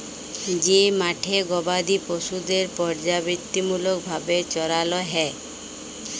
যে মাঠে গবাদি পশুদের পর্যাবৃত্তিমূলক ভাবে চরাল হ্যয়